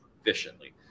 efficiently